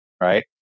right